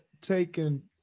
taken